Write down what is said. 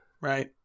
right